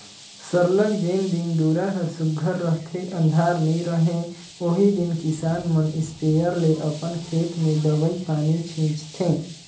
सरलग जेन दिन दुरा हर सुग्घर रहथे अंधार नी रहें ओही दिन किसान मन इस्पेयर ले अपन खेत में दवई पानी छींचथें